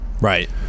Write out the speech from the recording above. right